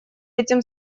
этим